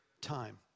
time